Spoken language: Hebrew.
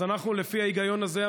אז לפי ההיגיון הזה,